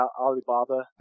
Alibaba